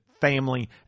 family